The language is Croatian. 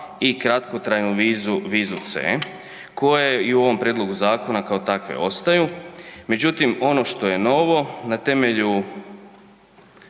i kratkotrajnu vizu, vizu C koje i u ovom prijedlogu zakona kao takve ostaju. Međutim, ono što je novo, na temelju